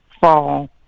fall